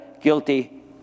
guilty